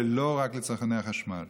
ולא רק לצרכני החשמל,